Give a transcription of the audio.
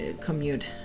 commute